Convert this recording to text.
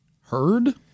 heard